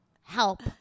Help